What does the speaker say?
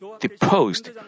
deposed